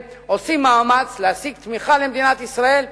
עושים מאמץ להשיג תמיכה למדינת ישראל,